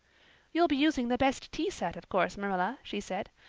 you'll be using the best tea set, of course, marilla, she said.